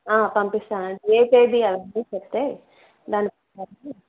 పంపిస్తానండి ఏకేదిీ అీ చెప్తే దాని